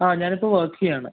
ആ ഞാൻ ഇപ്പോൾ വർക്ക് ചെയ്യുകയാണ്